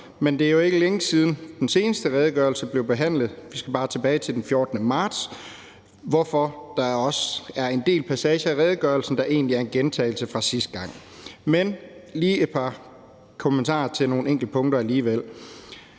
men det er jo ikke længe siden, at den seneste redegørelse blev behandlet – vi skal bare tilbage til den 14. marts – hvorfor der også er en del passager i redegørelsen, der egentlig er en gentagelse fra sidste gang. Men jeg har alligevel lige et par kommentarer til nogle enkelte punkter. Jeg vil